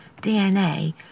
DNA